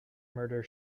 murder